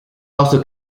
also